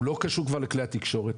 הוא לא קשור כבר לכלי התקשורת,